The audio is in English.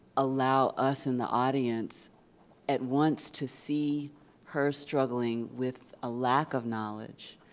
allow us in the audience at once to see her struggling with a lack of knowledge